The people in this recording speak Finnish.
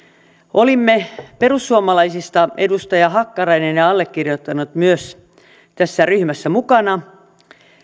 olimme perussuomalaisista edustaja hakkarainen ja ja allekirjoittanut myös tässä ryhmässä mukana